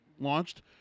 launched